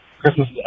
Christmas